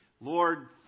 Lord